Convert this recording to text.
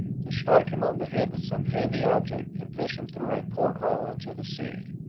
to strike him on the head with some heavy object and push him through a port-hole into the sea?